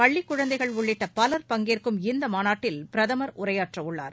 பள்ளிக் குழந்தைகள் உள்ளிட்ட பலர் பங்கேற்கும் இந்த மாநாட்டில் பிரதமர் உரையாற்றவுள்ளார்